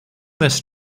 this